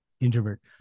introvert